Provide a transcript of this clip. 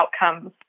outcomes